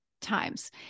times